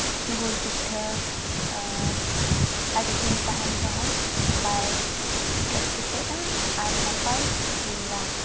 ᱜᱩᱲ ᱯᱤᱴᱷᱟᱹ ᱟᱨ ᱟᱹᱰᱤ ᱫᱤᱱ ᱛᱟᱦᱮᱱ ᱨᱮᱦᱚᱸ ᱵᱟᱭ ᱠᱮᱴᱠᱮᱴᱮᱜᱼᱟ ᱟᱨ ᱱᱟᱯᱟᱭ ᱥᱤᱵᱤᱞᱟ